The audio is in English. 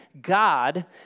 God